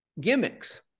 gimmicks